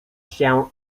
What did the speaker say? się